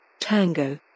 tango